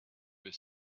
were